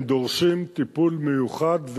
הם דורשים טיפול מיוחד,